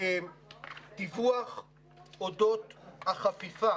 דיווח אודות החפיפה